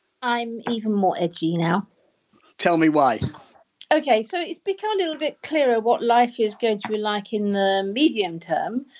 i'm even more edgy now tell me why okay, so it's become a little bit clearer what life is going to be like in the medium term,